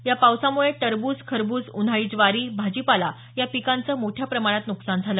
या पावसामुळे टरबूज खरबूज उन्हाळी ज्वारी भाजीपाला या पिकांचं मोठ्या प्रमाणात नुकसान झालं